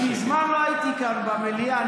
אני מזמן לא הייתי כאן במליאה,